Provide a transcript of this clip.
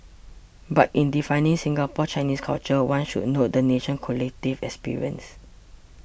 but in defining Singapore Chinese culture one should note the nation's collective experience